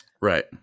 Right